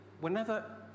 Whenever